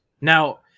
Now